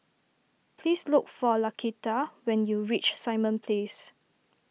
please look for Laquita when you reach Simon Place